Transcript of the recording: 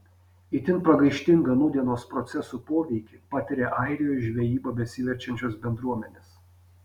itin pragaištingą nūdienos procesų poveikį patiria airijos žvejyba besiverčiančios bendruomenės